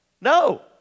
No